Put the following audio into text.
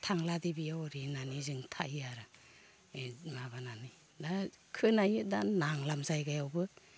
थांलादि बियाव ओरै होननानै जों थायो आरो माबानानै दा खोनायो दा नांलाम जायगायावबो